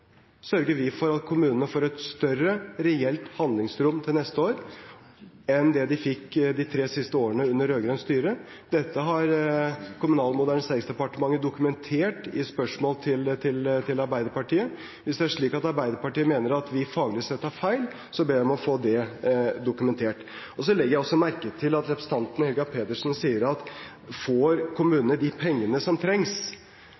sørger vi for at kommunene får et større reelt handlingsrom til neste år enn det de fikk de tre siste årene under rød-grønt styre. Dette har Kommunal- og moderniseringsdepartementet dokumentert i svar på spørsmål fra Arbeiderpartiet. Hvis det er slik at Arbeiderpartiet mener at vi faglig sett tar feil, ber jeg om å få det dokumentert. Jeg legger også merke til at representanten Helga Pedersen spør: Får kommunene de pengene som trengs?